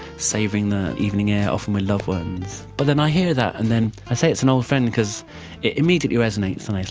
savouring the evening air, often with loved ones. but then i hear that and then i say it's an old friend because it immediately resonates and it's